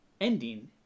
ending